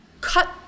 cut